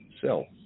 sell